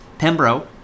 Pembro